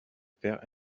paire